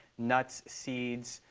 nuts, seeds,